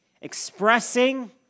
Expressing